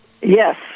Yes